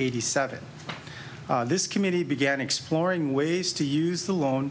eighty seven this committee began exploring ways to use the loan